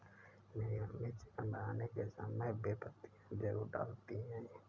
मेरी mummy chicken बनाने के समय बे पत्तियां जरूर डालती हैं